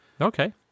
okay